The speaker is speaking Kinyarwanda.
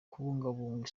kubungabunga